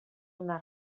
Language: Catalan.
una